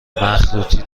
مخروطی